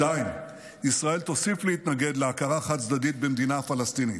2. ישראל תוסיף להתנגד להכרה חד-צדדית במדינה פלסטינית.